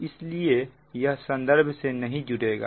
इसलिए यह संदर्भ से नहीं जुड़ेगा